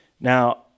Now